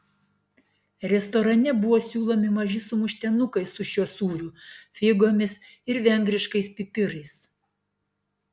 restorane buvo siūlomi maži sumuštinukai su šiuo sūriu figomis ir vengriškais pipirais